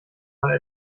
mal